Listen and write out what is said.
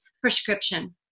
prescription